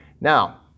Now